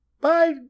bye